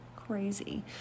Crazy